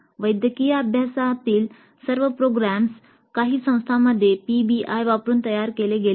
वैद्यकीय व्यवसायातील सर्व प्रोग्राम्स काही संस्थांमध्ये पीबीआय वापरुन तयार केले गेले आहेत